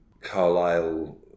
Carlisle